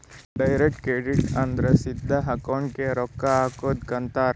direct credit ಅಂದುರ್ ಸಿದಾ ಅಕೌಂಟ್ಗೆ ರೊಕ್ಕಾ ಹಾಕದುಕ್ ಅಂತಾರ್